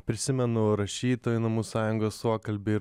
prisimenu rašytojų namų sąjungos suokalbį ir